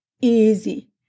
easy